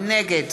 נגד